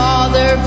Father